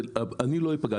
אני לא אפגע.